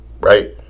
Right